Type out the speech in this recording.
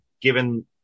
given